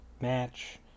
match